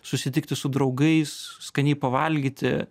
susitikti su draugais skaniai pavalgyti